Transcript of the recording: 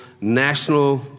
national